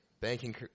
Banking